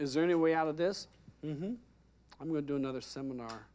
is there any way out of this i'm going to do another seminar